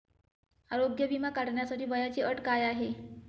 आरोग्य विमा काढण्यासाठी वयाची अट काय आहे?